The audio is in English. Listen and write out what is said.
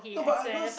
no but are those